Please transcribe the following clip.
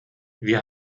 wir